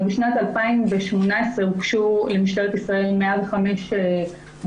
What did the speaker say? בשנת 2018 הוגשו למשטרת ישראל 105 בקשות.